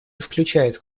включает